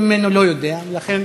לא עשיתם לנו כלום,